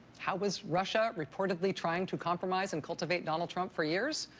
how was russia reportedly trying to compromise and cultivate donald trump for years?